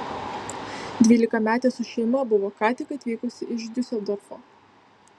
dvylikametė su šeima buvo ką tik atvykusi iš diuseldorfo